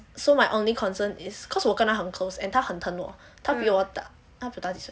so my only concern is cause 我跟他很 close and 他很疼我他比我大他比我大几岁